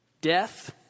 Death